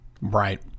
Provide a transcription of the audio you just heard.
Right